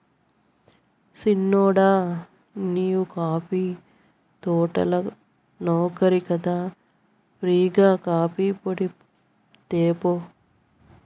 సిన్నోడా నీవు కాఫీ తోటల నౌకరి కదా ఫ్రీ గా కాఫీపొడి తేపో